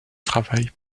travaille